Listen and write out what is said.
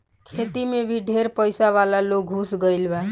खेती मे भी ढेर पइसा वाला लोग घुस गईल बा